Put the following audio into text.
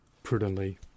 Prudently